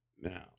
Now